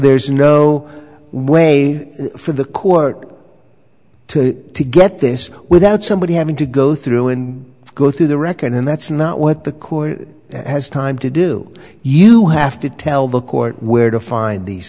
there's no way for the court to get this without somebody having to go through and go through the record and that's not what the court has time to do you have to tell the court where to find these